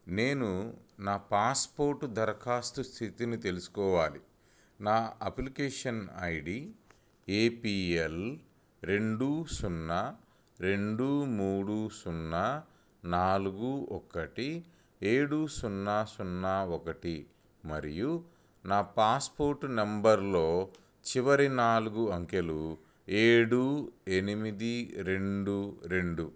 నేను నా పాస్పోర్ట్ దరఖాస్తు స్థితిని తెలుసుకోవాలి నా అప్లికేషన్ ఐడి ఏపిఎల్ రెండు సున్నా రెండు మూడు సున్నా నాలుగు ఒకటి ఏడు సున్నా సున్నా ఒకటి మరియు నా పాస్పోర్ట్ నంబర్లో చివరి నాలుగు అంకెలు ఏడు ఎనిమిది రెండు రెండు